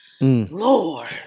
lord